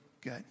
good